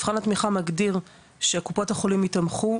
מבחן התמיכה מגדיר שקופות החולים ייתמכו,